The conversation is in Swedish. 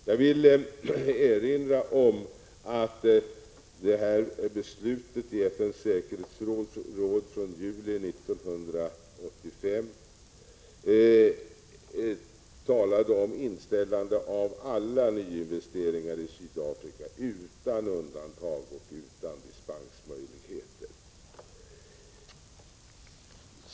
Jag vill erinra om att beslutet i FN:s säkerhetsråd från juli 1985 talade om inställande av alla nyinvesteringar i Sydafrika utan undantag och utan dispensmöjligheter.